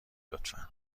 لطفا